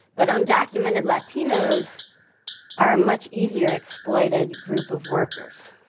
but undocumented latinos are a much easier exploited group of workers.